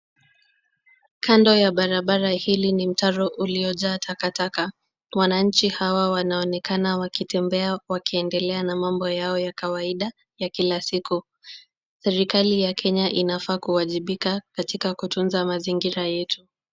Kando ya barabara hili ni mtaro uliojaa takataka. Wananchi hawa wanaonekana wakitembea, wakiendelea na mambo yao ya kawaida ya kila siku. Serikali ya Kenya inafaa kuwajibika katika kutunza mazingira yetu.